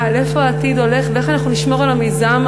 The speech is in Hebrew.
לאיפה העתיד הולך ואיך נשמור על המיזם